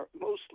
mostly